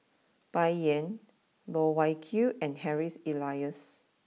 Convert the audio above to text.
Bai Yan Loh Wai Kiew and Harry Elias